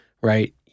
right